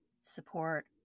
support